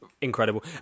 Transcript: incredible